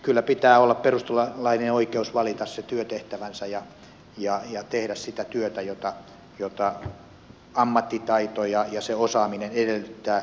kyllä pitää olla perustuslaillinen oikeus valita se työtehtävänsä ja tehdä sitä työtä jota ammattitaito ja se osaaminen edellyttää